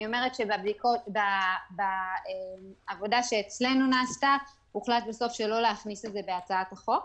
אני אומרת שבעבודה שנעשתה אצלנו הוחלט שלא להכניס את זה בהצעת החוק,